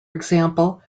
example